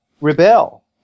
rebel